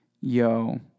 Yo